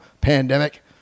pandemic